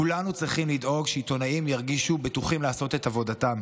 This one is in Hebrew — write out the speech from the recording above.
כולנו צריכים לדאוג שעיתונאים ירגישו בטוחים לעשות את עבודתם.